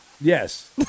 Yes